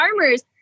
farmers